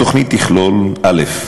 התוכנית תכלול: א.